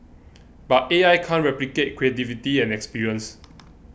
but A I can't replicate creativity and experience